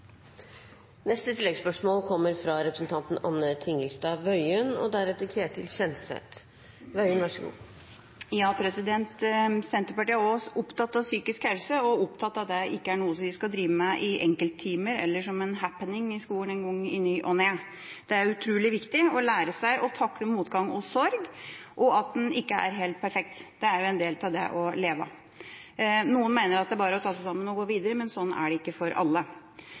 Anne Tingelstad Wøien – til oppfølgingsspørsmål. Senterpartiet er også opptatt av psykisk helse, og opptatt av at det ikke er noe som vi skal drive med i enkelttimer, eller som en happening i skolen i ny og ne. Det er utrolig viktig å lære seg å takle motgang og sorg, og at en ikke er helt perfekt. Det er en del av det å leve. Noen mener at det bare er å ta seg sammen og gå videre, men sånn er det ikke for alle. Vi tenker at fysisk og psykisk helse er viktig og noe som bør trenes hver dag, og det er et ansvar for alle,